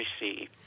receive